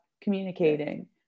communicating